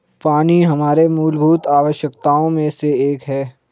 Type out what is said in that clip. पानी हमारे मूलभूत आवश्यकताओं में से एक है